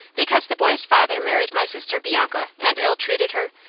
because the boy's father married my sister bianca, and ill-treated her,